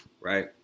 Right